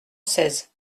seize